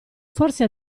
forse